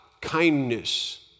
kindness